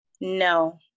No